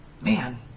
man